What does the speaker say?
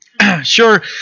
Sure